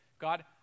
God